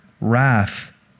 wrath